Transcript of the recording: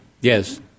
Yes